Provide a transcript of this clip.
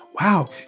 Wow